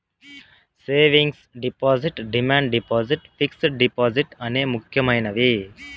savings deposit demand deposit fixed deposit అనే ముక్యమైనది